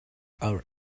our